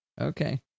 Okay